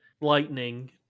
lightning